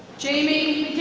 jamie